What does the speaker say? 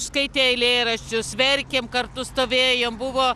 skaitė eilėraščius verkėm kartu stovėjom buvo